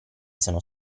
sono